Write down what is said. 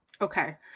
Okay